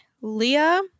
Leah